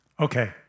Okay